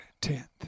tenth